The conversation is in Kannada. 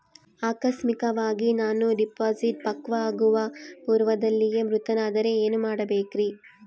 ಆಕಸ್ಮಿಕವಾಗಿ ನಾನು ಡಿಪಾಸಿಟ್ ಪಕ್ವವಾಗುವ ಪೂರ್ವದಲ್ಲಿಯೇ ಮೃತನಾದರೆ ಏನು ಮಾಡಬೇಕ್ರಿ?